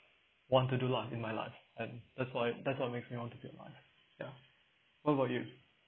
want to do lah in my life and that's why that's what makes me want to be alive ya what about you